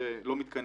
זה לא מתכנס.